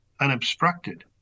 unobstructed